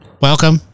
welcome